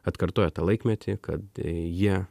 atkartoja tą laikmetį kad jie